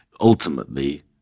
ultimately